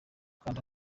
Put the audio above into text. kanda